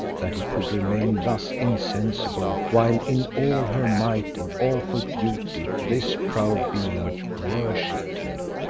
that he could remain thus insensible while in all her might and awful beauty this proud being worshipped him.